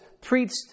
preached